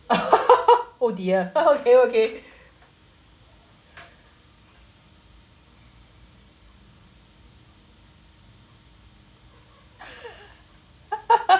oh dear okay okay